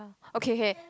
okay okay